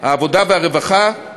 העבודה והרווחה,